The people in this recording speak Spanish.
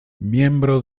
miembro